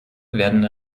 werden